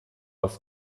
aus